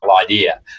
idea